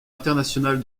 internationale